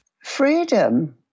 freedom